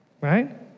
right